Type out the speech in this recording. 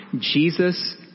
Jesus